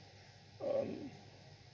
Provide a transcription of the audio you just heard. um